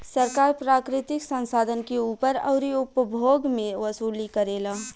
सरकार प्राकृतिक संसाधन के ऊपर अउरी उपभोग मे वसूली करेला